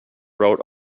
wrote